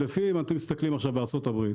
לפי אם אתם מסתכלים עכשיו בארה"ב,